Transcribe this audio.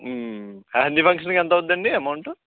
మెహంది ఫంక్షన్కి ఎంత అవుద్దండి అమౌంటు